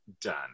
done